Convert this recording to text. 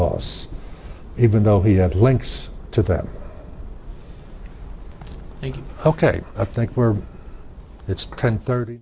boss even though he had links to that and i think we're it's ten thirty